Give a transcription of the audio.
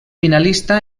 finalista